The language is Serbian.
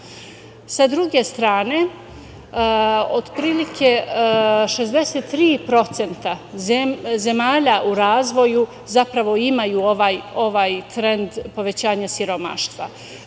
Sa druge strane, otprilike 63% zemalja u razvoju imaju ovaj trend povećanja siromaštva.